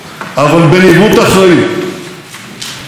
לא נתנו לסערה לטלטל אותנו.